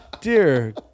Dear